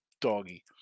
doggy